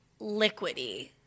liquidy